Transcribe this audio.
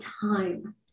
time